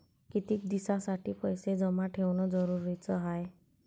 कितीक दिसासाठी पैसे जमा ठेवणं जरुरीच हाय?